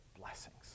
blessings